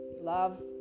love